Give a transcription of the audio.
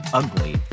ugly